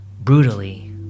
brutally